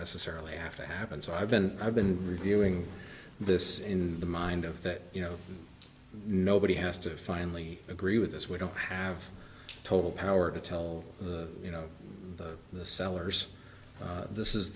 necessarily have to happen so i've been i've been reviewing this in the mind of that you know nobody has to finally agree with us we don't have total power to tell the you know the sellers this is